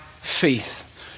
faith